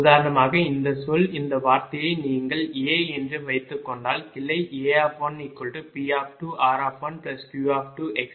உதாரணமாக இந்த சொல் இந்த வார்த்தையை நீங்கள் A என்று வைத்துக் கொண்டால் கிளை A1P2r1Qx 0